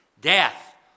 death